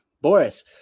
Boris